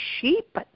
sheep